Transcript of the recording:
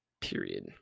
Period